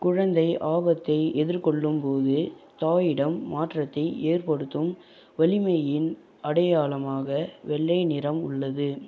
குழந்தை ஆபத்தை எதிர்கொள்ளும் போது தாயிடம் மாற்றத்தை ஏற்படுத்தும் வலிமையின் அடையாளமாக வெள்ளை நிறம் உள்ளது